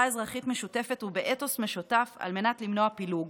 אזרחית משותפת ובאתוס משותף על מנת למנוע פילוג.